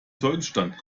zeugenstand